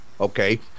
okay